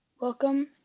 Welcome